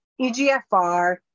EGFR